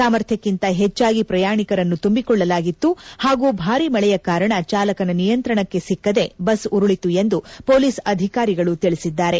ಸಾಮರ್ಥ್ಯಕ್ಕೆಂತ ಹೆಚ್ಚಾಗಿ ಪ್ರಯಾಣಿಕರನ್ನು ತುಂಬಿಕೊಳ್ಳಲಾಗಿತ್ತು ಪಾಗೂ ಭಾರಿ ಮಳೆಯ ಕಾರಣ ಚಾಲಕನ ನಿಯಂತ್ರಣಕ್ಕೆ ಸಿಕ್ಕದೆ ಬಸ್ ಉರುಳಿತು ಎಂದು ಪೊಲೀಸ್ ಅಧಿಕಾರಿಗಳು ತಿಳಿಸಿದ್ದಾರೆ